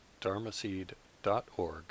dharmaseed.org